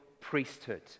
priesthood